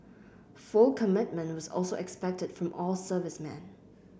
full commitment was also expected from all servicemen